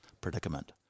predicament